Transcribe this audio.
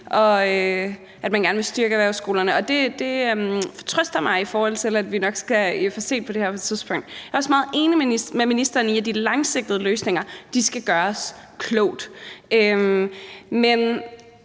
og at man gerne vil styrke erhvervsskolerne, og det trøster mig, i forhold til at vi nok skal få set på det her på et tidspunkt. Jeg er også meget enig med ministeren i, at de langsigtede løsninger skal laves klogt. Men